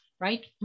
Right